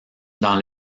dans